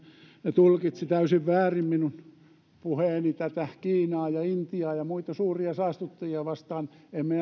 tulkitsi täysin väärin minun puheeni kiinaa ja intiaa ja muita suuria saastuttajia vastaan en minä